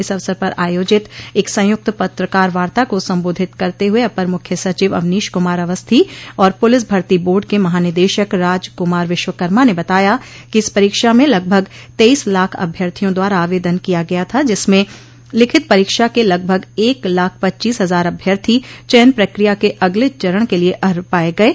इस अवसर पर आयोजित एक संयुक्त पत्रकार वार्ता को संबोधित करते हुए अपर मुख्य सचिव अवनीश कुमार अवस्थी और पुलिस भर्ती बोर्ड के महानिदेशक राजकुमार विश्वकर्मा ने बताया कि इस परीक्षा में लगभग तेईस लाख अभ्यर्थियों द्वारा आवेदन किया गया था जिसमें लिखित परीक्षा के लगभग एक लाख पच्चीस हजार अभ्यर्थी चयन प्रक्रिया के अगले चरण के लिये अर्ह पाये गये